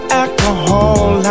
alcohol